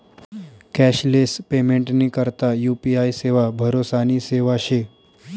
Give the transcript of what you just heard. cashless पेमेंटनी करता UPI सेवा भरोसानी सेवा शे